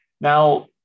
Now